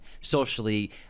socially